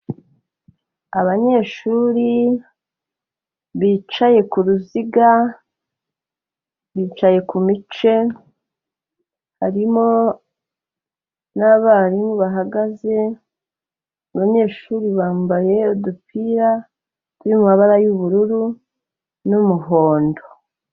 Abanyeshuri bicaye ku ruziga, bicaye ku mice harimo n'abarimu bahagaze abanyeshuri bambaye udupira tw'amabara y'ubururu n'umuhondo.